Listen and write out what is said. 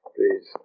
Please